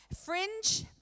Fringe